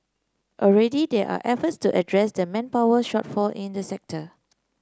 already there are efforts to address the manpower shortfall in the sector